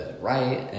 right